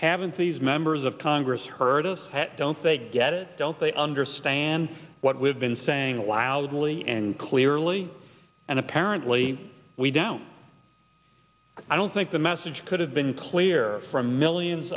haven't these members of congress heard us hat don't they get it don't they understand what we've been saying wildly and clearly and apparently we don't i don't think the message could have been clear for millions